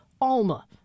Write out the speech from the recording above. Alma